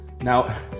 Now